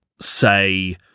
say